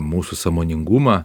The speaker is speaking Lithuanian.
mūsų sąmoningumą